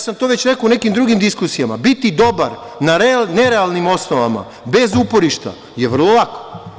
Ja sam to već rekao u nekim drugim diskusijama, biti dobar na nerealnim osnovama, bez uporišta, je vrlo lako.